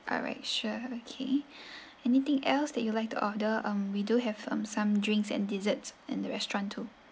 alright sure okay anything else that you like to order um we do have um some drinks and desserts in the restaurant too